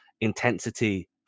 intensity